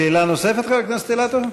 שאלה נוספת, חבר הכנסת אילטוב?